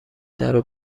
درو